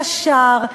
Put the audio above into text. ישר,